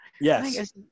Yes